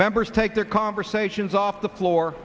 members take their conversations off the floor